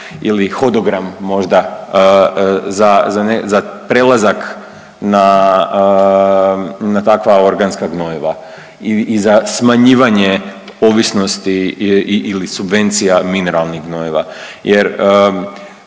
ili hodogram možda za, za, za prelazak na, na takva organska gnojiva i za smanjivanje ovisnosti ili subvencija mineralnih gnojiva